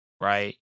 right